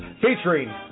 featuring